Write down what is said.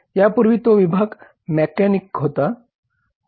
यापूर्वी तो या विभागात मेकॅनिक होता